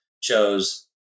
chose